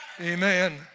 Amen